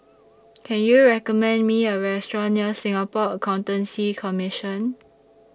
Can YOU recommend Me A Restaurant near Singapore Accountancy Commission